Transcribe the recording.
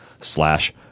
slash